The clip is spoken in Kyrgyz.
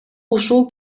ушул